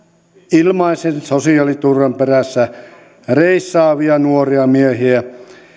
ilmaisen sosiaaliturvan perässä reissaavia nuoria miehiä